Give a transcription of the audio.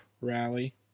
rally